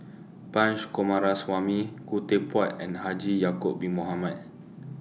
Punch Coomaraswamy Khoo Teck Puat and Haji Ya'Acob Bin Mohamed